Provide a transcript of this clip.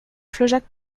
flaujac